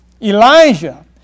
Elijah